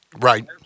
Right